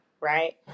right